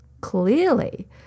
clearly